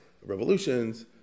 Revolutions